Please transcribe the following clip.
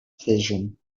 fission